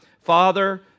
Father